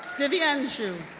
vivienne xu,